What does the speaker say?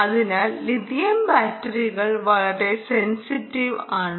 അതിനാൽ ലിഥിയം ബാറ്ററികൾ വളരെ സെൻസിറ്റീവ് ആണ്